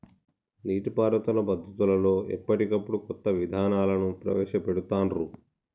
నీటి పారుదల పద్దతులలో ఎప్పటికప్పుడు కొత్త విధానాలను ప్రవేశ పెడుతాన్రు